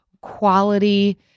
quality